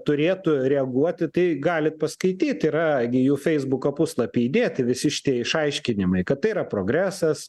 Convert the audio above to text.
turėtų reaguoti tai galit paskaityt yra gi jų feisbuko puslapy įdėti visi šie išaiškinimai kad tai yra progresas